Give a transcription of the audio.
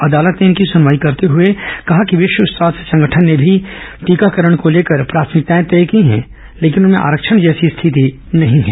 अदालत ने इनकी सुनवाई करते हुए कहा कि विश्व स्वास्थ्य संगठन ने भी टीकाकरण को लेकर प्राथमिकताएं तय की है लेकिन उसमें आरक्षण जैसी स्थिति नहीं है